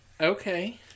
Okay